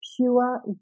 pure